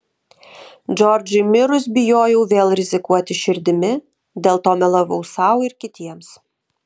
džordžui mirus bijojau vėl rizikuoti širdimi dėl to melavau sau ir kitiems